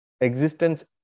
existence